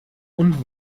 und